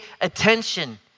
attention